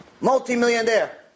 multi-millionaire